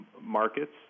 markets